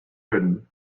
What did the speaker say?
wurden